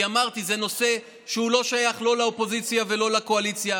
כי אמרתי: זה נושא שהוא לא שייך לא לאופוזיציה ולא לקואליציה.